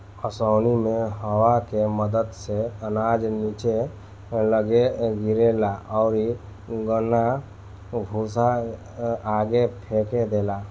ओसौनी मे हवा के मदद से अनाज निचे लग्गे गिरेला अउरी कन्ना भूसा आगे फेंक देला